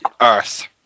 Earth